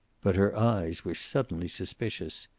but her eyes were suddenly suspicious.